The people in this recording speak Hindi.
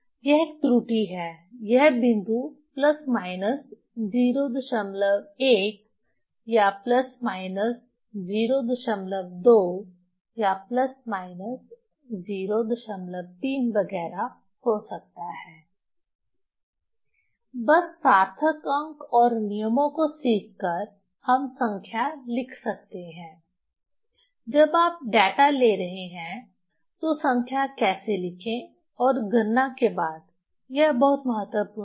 यह एक त्रुटि है यह बिंदु प्लस माइनस 01 या प्लस माइनस 02 या प्लस माइनस 03 वगैरह हो सकता है बस सार्थक अंक और नियमों को सीख कर हम संख्या लिख सकते हैं जब आप डेटा ले रहे हैं तो संख्या कैसे लिखें और गणना के बाद यह बहुत महत्वपूर्ण है